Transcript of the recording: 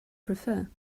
prefer